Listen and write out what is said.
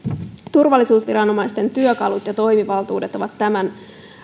turvallisuusviranomaistemme työkalut ja toimivaltuudet ovat tämän